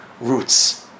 roots